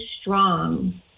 strong